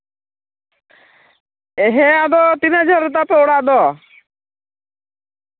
ᱦᱮᱸ ᱟᱫᱚ ᱛᱤᱱᱟᱹᱜ ᱡᱷᱟᱹᱞ ᱨᱮᱛᱟᱯᱮ ᱚᱲᱟᱜ ᱫᱚ